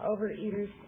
Overeaters